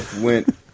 went